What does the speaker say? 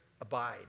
abide